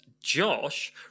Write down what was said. Josh